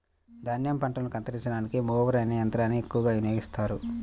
ధాన్యం పంటలను కత్తిరించడానికి మొవర్ అనే యంత్రాన్ని ఎక్కువగా వినియోగిస్తారు